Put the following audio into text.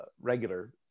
regular